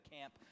camp